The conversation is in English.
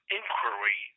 inquiry